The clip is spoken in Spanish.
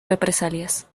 represalias